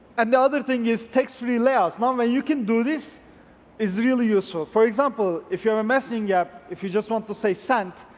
and the other thing is text free layouts. the way you can do this is really useful. for example, if you're a message ing app, if you just want to say send,